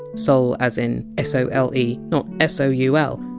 sole as in s o l e not s o u l,